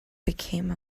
became